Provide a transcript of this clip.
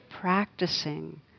practicing